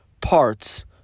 parts